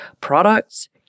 products